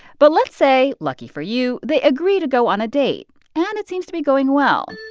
but let's say, lucky for you, they agree to go on a date and it seems to be going well